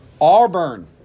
Auburn